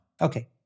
Okay